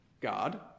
God